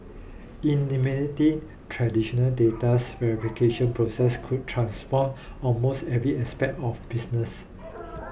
eliminating traditional datas verification processes could transform almost every aspect of business